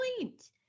point